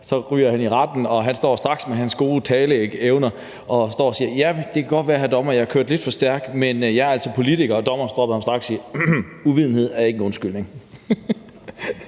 Så ryger han i retten, og han står straks med sine gode taleevner og står og siger: Ja, det kan godt være, hr. dommer, at jeg har kørt lidt for stærkt, men jeg er altså politiker. Og dommeren stopper ham straks og siger: Hmm, uvidenhed er ikke en undskyldning.